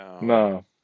no